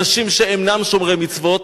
אנשים שאינם שומרי מצוות,